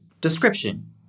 Description